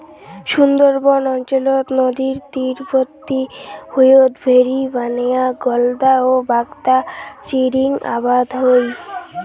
সুন্দরবন অঞ্চলত নদীর তীরবর্তী ভুঁইয়ত ভেরি বানেয়া গলদা ও বাগদা চিংড়ির আবাদ হই